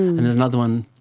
and there's another one,